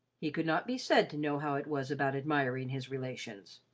he could not be said to know how it was about admiring his relations.